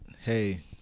Hey